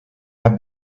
have